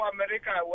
America